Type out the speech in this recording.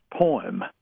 poem